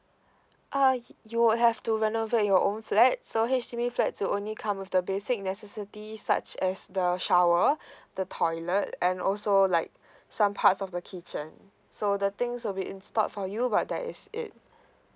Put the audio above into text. uh you will have to renovate your own flat so H_D_B flat will only come with the basic necessities such as the shower the toilet and also like some parts of the kitchen so the things will be installed for you but that is it